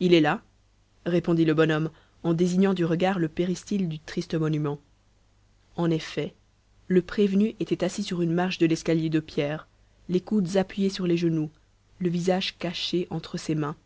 il est là répondit le bonhomme en désignant du regard le péristyle du triste monument en effet le prévenu était assis sur une marche de l'escalier de pierre les coudes appuyés sur les genoux le visage caché entre ses mains